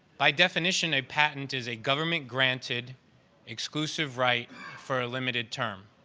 by definition, a patent is a government granted exclusive right for a limited term.